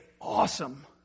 awesome